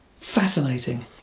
Fascinating